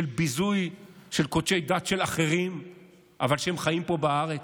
של ביזוי קודשי דת של אחרים שחיים פה בארץ.